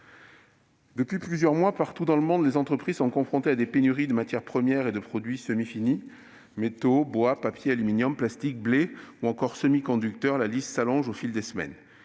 Depuis plusieurs mois, partout dans le monde, les entreprises sont confrontées à des pénuries de matières premières et de produits semi-finis ; métaux, bois, papier, aluminium, plastique, blé ou encore semi-conducteurs : la liste s'allonge au fil des semaines.